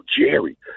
Jerry